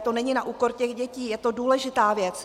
To není na úkor těch dětí, je to důležitá věc.